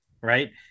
Right